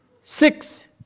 Six